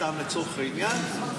סתם לצורך העניין,